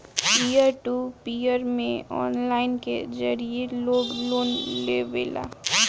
पियर to peer में online के जरिए लोग लोन लेवेला